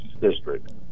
district